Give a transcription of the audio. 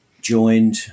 joined